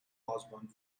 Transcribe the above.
osborn